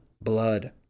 blood